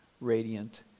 radiant